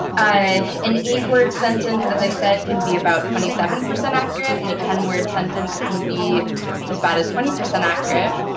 an eight-word sentence, as i said, can be about twenty seven percent accurate, and a ten word sentence can be as bad as twenty percent accurate.